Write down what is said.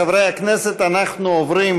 חברי הכנסת, אנחנו עוברים